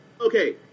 Okay